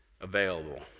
available